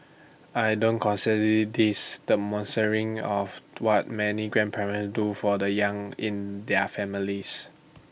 I don't consider this the of what many grandparents do for the young in their families